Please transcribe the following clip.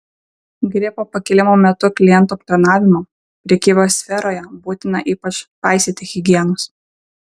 gripo pakilimo metu klientų aptarnavimo prekybos sferoje būtina ypač paisyti higienos